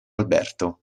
alberto